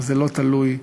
אבל זה לא תלוי כרגע,